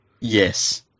Yes